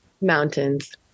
Mountains